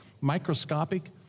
microscopic